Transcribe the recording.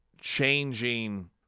changing